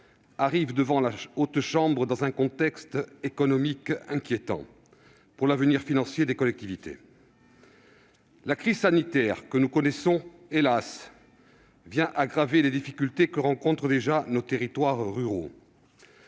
arrive devant la Haute Assemblée dans un contexte économique inquiétant pour l'avenir financier des collectivités. La crise sanitaire que nous connaissons, hélas, aggrave les difficultés que rencontrent déjà nos territoires ruraux.